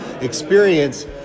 experience